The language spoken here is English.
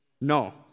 No